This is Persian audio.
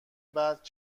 بعد